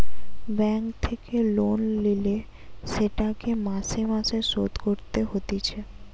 bank থেকে loan লিলে সেটিকে মাসে মাসে শোধ করতে হতিছে